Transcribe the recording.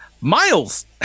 Miles